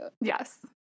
yes